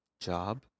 Job